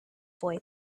boy